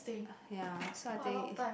ya so I think is